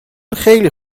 خیلی